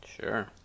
Sure